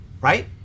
right